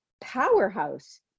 powerhouse